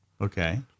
Okay